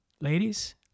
Ladies